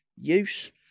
use